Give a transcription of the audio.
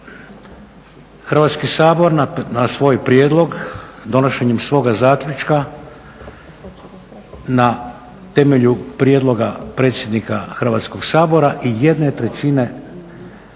Hrvatski sabor na svoj prijedlog donošenjem svoga zaključka na temelju prijedloga predsjednika Hrvatskog sabora i 1/3 zastupnika